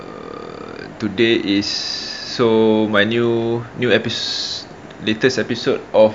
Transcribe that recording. err today is so my new new epis~ latest episode of